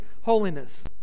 holiness